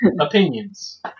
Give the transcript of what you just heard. opinions